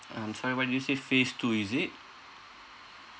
I'm sorry what did you say phase two is it